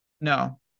No